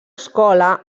escola